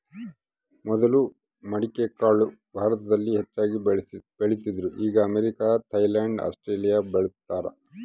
ಮೊದಲು ಮಡಿಕೆಕಾಳು ಭಾರತದಲ್ಲಿ ಹೆಚ್ಚಾಗಿ ಬೆಳೀತಿದ್ರು ಈಗ ಅಮೇರಿಕ, ಥೈಲ್ಯಾಂಡ್ ಆಸ್ಟ್ರೇಲಿಯಾ ಬೆಳೀತಾರ